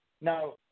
Now